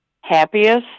happiest